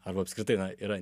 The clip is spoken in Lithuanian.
arba apskritai na yra